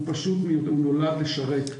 הוא פשוט מיותר, הוא נולד לשרת.